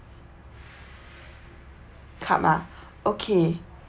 cup ah okay